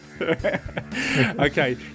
Okay